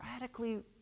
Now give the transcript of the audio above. radically